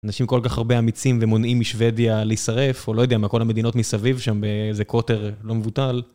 אנשים כל כך הרבה אמיצים ומונעים משוודיה להישרף, או לא יודע מה, כל המדינות מסביב שם באיזה קוטר לא מבוטל.